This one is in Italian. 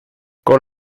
con